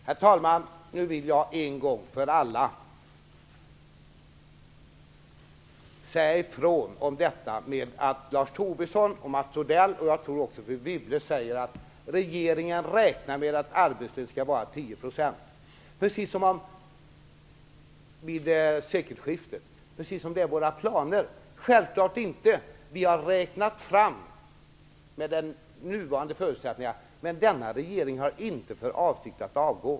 Herr talman! Nu vill jag en gång för alla säga ifrån om att Lars Tobisson, Mats Odell och, tror jag, även fru Wibble säger att regeringen räknar med att arbetslösheten skall vara 10 % vid sekelskiftet, precis som om det är våra planer. Så är det självklart inte! Vi har räknat fram detta utifrån nuvarande förutsättningar, men denna regering har inte för avsikt att avgå!